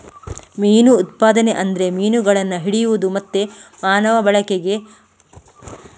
ಮೀನು ಉತ್ಪಾದನೆ ಅಂದ್ರೆ ಮೀನುಗಳನ್ನ ಹಿಡಿಯುದು ಮತ್ತೆ ಮಾನವ ಬಳಕೆಗಾಗಿ ಮೀನು ತೊಟ್ಟಿಗಳಂತಹ ತೊಟ್ಟಿಗಳಲ್ಲಿ ಸಾಕುದು